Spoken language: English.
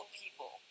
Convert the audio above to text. people